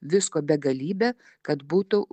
visko begalybę kad būtų